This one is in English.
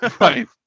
Right